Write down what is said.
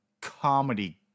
comedy